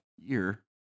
year